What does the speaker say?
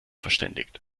verständigt